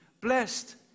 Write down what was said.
Blessed